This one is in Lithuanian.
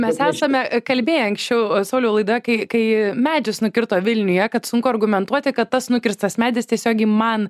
mes esame kalbėję anksčiau sauliau laidoje kai kai medžius nukirto vilniuje kad sunku argumentuoti kad tas nukirstas medis tiesiogiai man